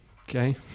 Okay